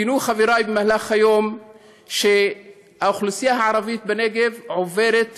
ציינו חבריי במהלך היום שהאוכלוסייה הערבית בנגב עוברת